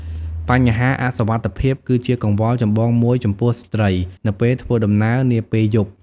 បញ្ហាអសុវត្ថិភាពគឺជាកង្វល់ចម្បងមួយចំពោះស្ត្រីនៅពេលធ្វើដំណើរនាពេលយប់។